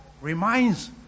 reminds